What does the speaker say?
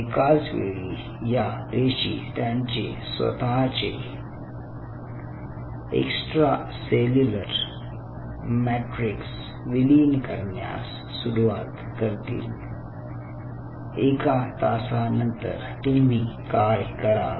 एकाच वेळी या पेशी त्यांचे स्वत चे एक्स्ट्रासेल्युलर मॅट्रिक्स विलीन करण्यास सुरवात करतील एका तासानंतर तुम्ही काय कराल